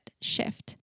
shift